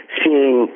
seeing